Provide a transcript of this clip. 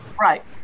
Right